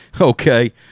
Okay